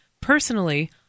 personally